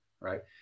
right